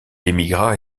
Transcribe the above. émigra